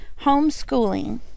homeschooling